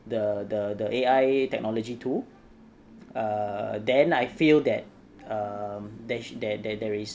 the the the A_I technology to err then I feel that um there's there there there is